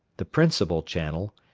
the principal channel,